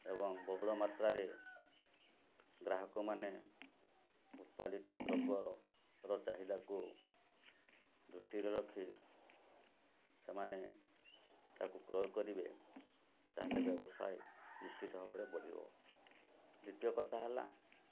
ଏବଂ ବହୁଳ ମାତ୍ରାରେ ଗ୍ରାହକମାନେ ଉତ୍ପାଦିତ ଦ୍ରବ୍ୟର ଚାହିଦାକୁ ଦୃଷ୍ଟିରେ ରଖି ସେମାନେ ତା'କୁ କ୍ରୟ କରିବେ ତାହେଲେ ବ୍ୟବସାୟ ନିଶ୍ଚିତ ଭାବରେ ବଢ଼ିବ ଦ୍ଵିତୀୟ କଥା ହେଲା